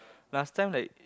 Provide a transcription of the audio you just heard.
last time like